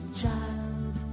child